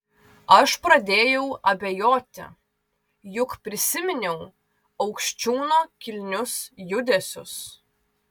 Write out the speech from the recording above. aš pradėjau abejoti juk prisiminiau aukščiūno kilnius judesius